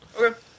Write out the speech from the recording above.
Okay